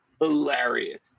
hilarious